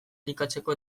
elikatzeko